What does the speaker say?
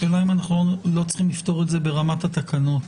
השאלה אם לא צריך לפתור את זה ברמת התקנות.